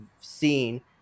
seen